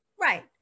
right